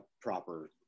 proper